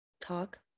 talk